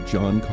John